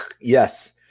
yes